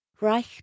Reich